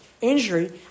injury